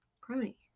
Crony